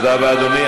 תודה רבה, אדוני.